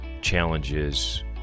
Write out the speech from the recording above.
challenges